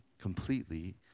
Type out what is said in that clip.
completely